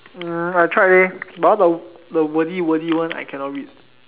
uh I tried leh but all the the wordy wordy one I cannot read